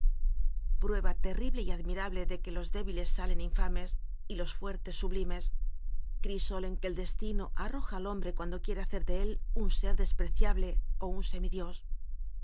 prueba terrible y admirable de que los débiles salen infames y los fuertes sublimes crisol en que el destino arroja al hom bre cuando quiere hacer de él un ser despreciable ó un